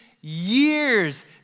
years